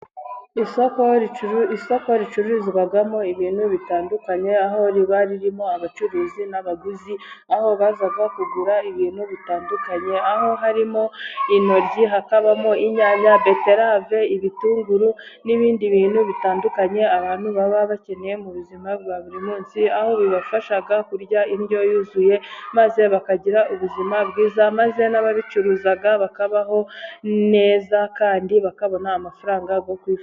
Isoko ricururizwamo ibintu bitandukanye, aho riba ririmo abacuruzi n'abaguzi, aho baza kugura ibintu bitandukanye, aho harimo intoryi, hakabamo inyanya, beterave, ibitunguru n'ibindi bintu bitandukanye, abantu baba bakeneye mu buzima bwa buri munsi. Aho bibafasha kurya indyo yuzuye, maze bakagira ubuzima bwiza, maze n'ababicuruza bakabaho neza, kandi bakabona amafaranga yo kwi...